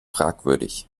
fragwürdig